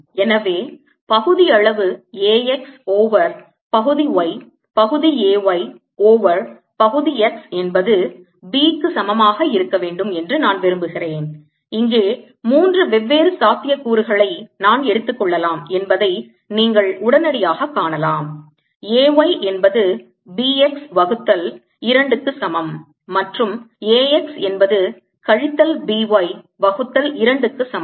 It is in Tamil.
எனவே பகுதியளவு A x ஓவர் பகுதி y பகுதி A y ஓவர் பகுதி x என்பது B க்கு சமமாக இருக்க வேண்டும் என்று நான் விரும்புகிறேன் இங்கே மூன்று வெவ்வேறு சாத்தியக்கூறுகளை நான் எடுத்துக் கொள்ளலாம் என்பதை நீங்கள் உடனடியாக காணலாம் A y என்பது B x வகுத்தல் 2 க்கு சமம் மற்றும் A x என்பது கழித்தல் B y வகுத்தல் 2 க்கு சமம்